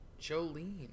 Jolene